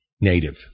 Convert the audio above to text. Native